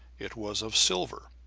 it was of silver,